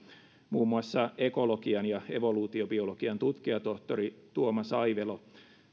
muun muassa ekologian ja evoluutiobiologian tutkijatohtori tuomas aivelo